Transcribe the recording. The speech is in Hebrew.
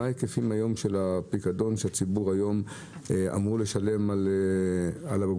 מה ההיקפים של הפיקדון שהציבור היום אמור לשלם על הבקבוקים?